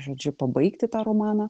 žodžiu pabaigti tą romaną